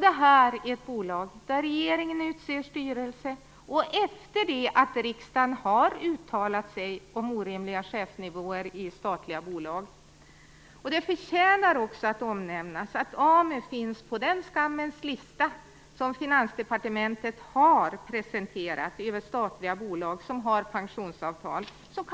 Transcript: Det här är ett bolag där regeringen utser styrelse, och efter det att riksdagen har uttalat sig om orimliga chefslönenivåer i statliga bolag. Det förtjänar också att omnämnas att AMU finns på den skammens lista som Finansdepartementet har presenterat över statliga bolag som har pensionsavtal, s.k.